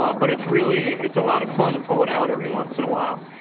ah but it's really, it's a lot of fun to pull it out every once in a while.